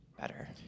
better